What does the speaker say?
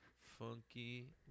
Funky